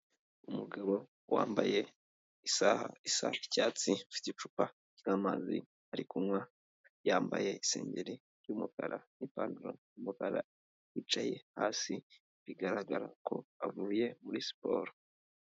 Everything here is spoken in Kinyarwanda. Umugabo wambaye isaha isa icyatsi afite icupa ry'amazi, ari kunywa yambaye isengeri y'umukara n'ipantaro y'umukara yicaye hasi bigaragara ko avuye muri siporo.